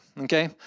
okay